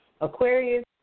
Aquarius